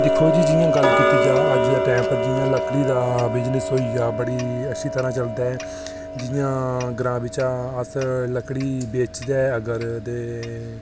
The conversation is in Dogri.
दिक्खो जी जि'यां गल्ल कीती जा अज्जै दे टैम पर जि'यां लकड़ी दा बिज़नेस होइया बड़ी अच्छी तरह चलदा ऐ जि'यां ग्रांऽ बिच्चा अस लकड़ी बेचचे अगर ते